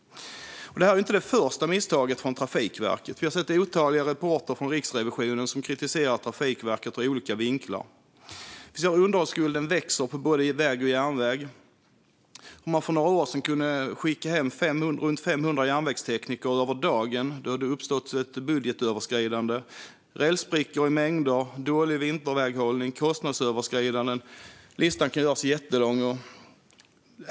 Detta är inte det första misstaget från Trafikverket. Vi har sett otaliga rapporter från Riksrevisionen där Trafikverket kritiseras ur olika vinklar. Underhållsskulden växer på både väg och järnväg. För några år sedan kunde man skicka hem runt 500 järnvägstekniker över dagen då det uppstått ett budgetöverskridande. Listan kan göras lång, och det handlar om rälsbrickor i mängder, dålig vinterväghållning och kostnadsöverskridanden.